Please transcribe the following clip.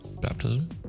Baptism